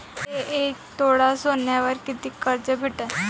मले एक तोळा सोन्यावर कितीक कर्ज भेटन?